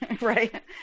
right